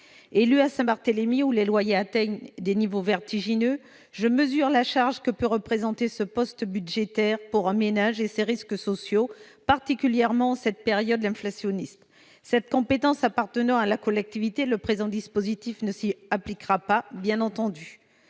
élue de Saint-Barthélemy, où les loyers atteignent des niveaux vertigineux, et je mesure la charge que peut représenter ce poste budgétaire pour un ménage et les risques sociaux que cela emporte, particulièrement dans cette période de hausse des prix. Cette compétence appartenant à la collectivité, le présent dispositif ne s'y appliquera pas, bien entendu.